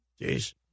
Jeez